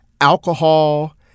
alcohol